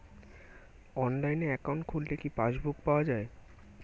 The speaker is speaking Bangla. অনলাইনে একাউন্ট খুললে কি পাসবুক পাওয়া যায়?